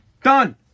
Done